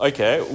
Okay